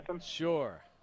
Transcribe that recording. Sure